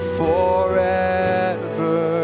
forever